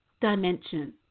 dimension